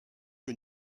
que